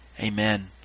amen